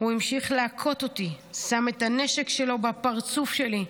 הוא המשיך להכות אותי, שם את הנשק שלו בפרצוף שלי,